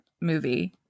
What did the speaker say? movie